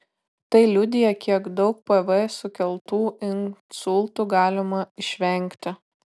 tai liudija kiek daug pv sukeltų insultų galima išvengti